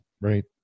Right